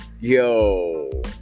yo